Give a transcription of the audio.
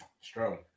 Strong